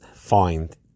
find